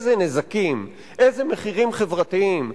דת מסוכנת, דת הרסנית,